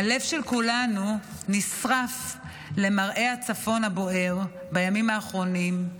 הלב של כולנו נשרף למראה הצפון הבוער בימים האחרונים,